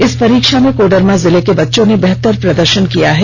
इस परीक्षा में कोडरमा जिले के बच्चों बेहतर प्रदर्षन किया है